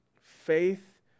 faith